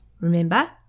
Remember